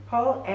Paul